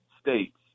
states